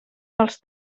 dels